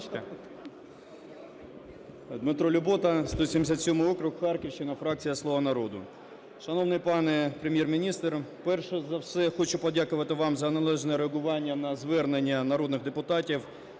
Дмитро Любота, 177 округ, Харківщина, фракція "Слуга народу". Шановний пане Прем’єр-міністр, перш за все хочу подякувати вам за належне реагування на звернення народних депутатів.